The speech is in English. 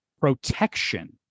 protection